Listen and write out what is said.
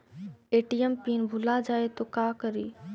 ATM pin भुला जाए तो का करी?